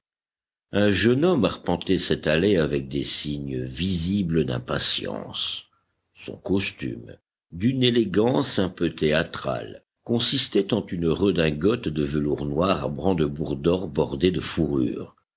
un jeune homme arpentait cette allée avec des signes visibles d'impatience son costume d'une élégance un peu théâtrale consistait en une redingote de velours noir à brandebourgs d'or bordée de fourrure